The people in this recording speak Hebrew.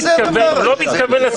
מה זה הדבר הזה?